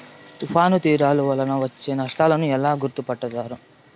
తుఫాను తీరాలు వలన వచ్చే నష్టాలను ఎలా గుర్తుపడతారు?